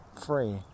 free